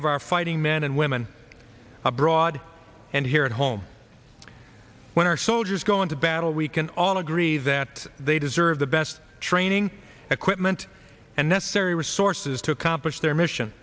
of our fighting men and women abroad and here at home when our soldiers go into battle we can all agree that they deserve the best training equipment and necessary resources to accomplish their mission